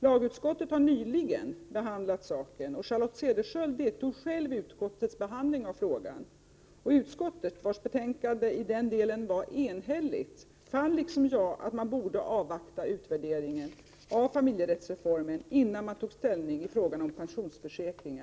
Lagutskottet har nyligen behandlat saken. Charlotte Cederschiöld deltog själv i utskottets behandling av frågan. Utskottet, vars betänkande i denna del var enhälligt, fann liksom jag att man bör avvakta utvärderingen av familjerättsreformen, innan man tar ställning till frågan om pensionsförsäkring.